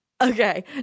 okay